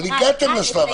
אבל הגעתם לשלב השלישי.